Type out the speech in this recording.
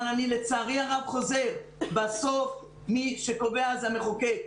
לצערי הרב, אני חוזר שבסוף מי שקובע זה המחוקק.